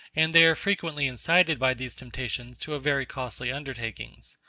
and they are frequently incited by these temptations to very costly undertakings.